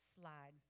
slide